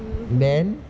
then